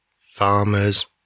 farmers